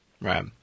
Right